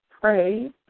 pray